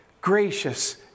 gracious